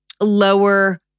lower